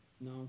No